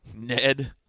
Ned